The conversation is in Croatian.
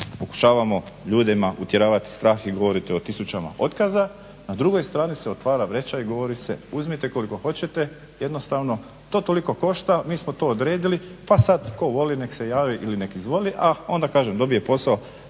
pokušavamo ljudima utjeravati strah i govoriti o tisućama otkaza, na drugoj strani se otvara vreća i govori se uzmite koliko hoćete. Jednostavno to toliko košta, mi smo to odredili, pa sad tko voli nek' se javi ili nek' izvoli, a onda kažem dobije posao